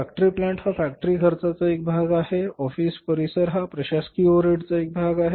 factory plant हा factory खर्चाचा एक भाग आहे ऑफिस परिसर हा प्रशासकीय ओव्हरहेडचा एक भाग आहे